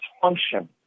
function